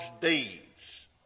deeds